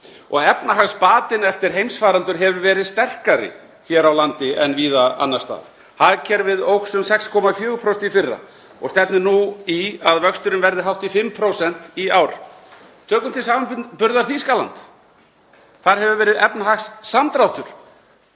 Og efnahagsbatinn eftir heimsfaraldur hefur verið sterkari hér á landi en víða annars staðar. Hagkerfið óx um 6,4% í fyrra og stefnir nú í að vöxturinn verði hátt í 5% í ár. Tökum til samanburðar Þýskaland. Þar hefur verið efnahagssamdráttur